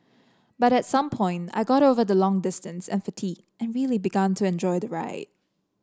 but at some point I got over the long distance and fatigue and really began to enjoy the ride